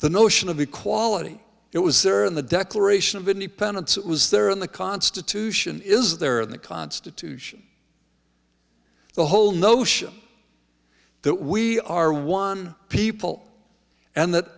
the notion of equality it was there in the declaration of independence it was there in the constitution is there in the constitution the whole notion that we are one people and that